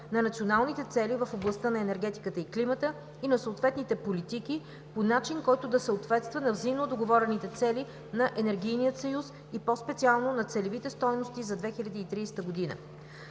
на националните цели в областта на енергетиката и климата и на съответните политики по начин, който да съответства на взаимно договорените цели на енергийния съюз и по-специално на целевите стойности за 2030 г.